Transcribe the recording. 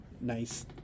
nice